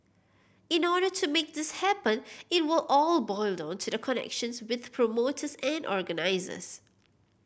in order to make this happen it will all boil down to the connections with promoters and organisers